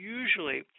usually